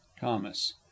thomas